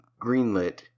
greenlit